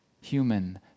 human